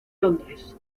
londres